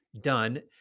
done